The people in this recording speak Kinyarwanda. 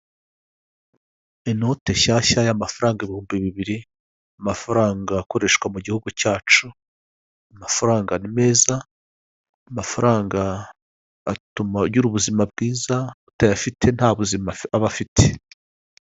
Inote nshyashya y'amafaranga ibihumbi bibiri; amafaranga akoreshwa mu gihugu cyacu, amafaranga ni meza, amafaranga atuma ugira ubuzima bwiza, utayafite nta buzima aba afite.